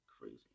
crazy